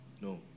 No